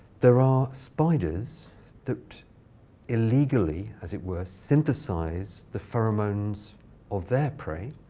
there are spiders that illegally, as it were, synthesize the pheromones of their prey.